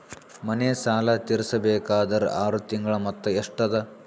ಮನೆ ಸಾಲ ತೀರಸಬೇಕಾದರ್ ಆರ ತಿಂಗಳ ಮೊತ್ತ ಎಷ್ಟ ಅದ?